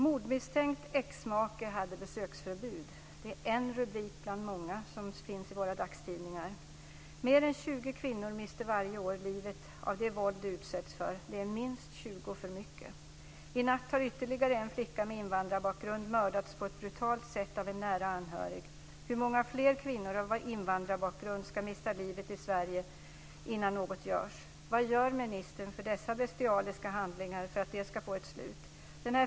Mordmisstänkt exmake hade besöksförbud - det är en rubrik bland många i våra dagstidningar. Mer än 20 kvinnor mister varje år livet genom det våld de utsätts för. Det är minst 20 för mycket. I natt har ytterligare en flicka med invandrarbakgrund mördats på ett brutalt sätt av en nära anhörig. Hur många fler kvinnor med invandrarbakgrund ska mista livet i Sverige innan något görs? Vad gör ministern för att dessa bestialiska handlingar ska få ett slut?